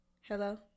Hello